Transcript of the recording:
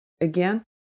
Again